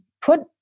put